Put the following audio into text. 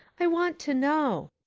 i want to know.